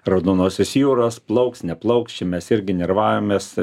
raudonosios jūros plauks neplauksčia mes irgi nervavomės